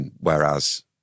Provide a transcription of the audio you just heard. whereas